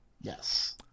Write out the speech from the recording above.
Yes